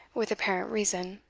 with apparent reason.